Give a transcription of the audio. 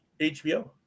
HBO